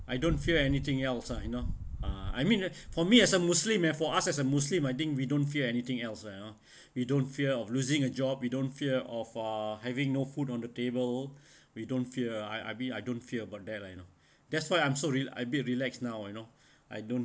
I don't feel anything else ah you know uh I mean for me as a muslim ah for us as a muslim I think we don't fear anything else lah you know we don't fear of losing a job we don't fear uh having no food on the table we don't fear I I mean I don't fear about that lah you know that's why I'm so real I'm a bit relaxed now you know I don't